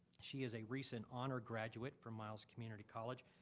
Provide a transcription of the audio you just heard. she is a recent honor graduate from miles community college.